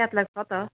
catalogue छ त